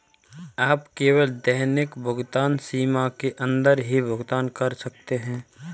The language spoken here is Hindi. आप केवल दैनिक भुगतान सीमा के अंदर ही भुगतान कर सकते है